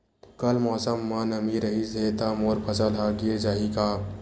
कल मौसम म नमी रहिस हे त मोर फसल ह गिर जाही का?